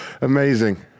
Amazing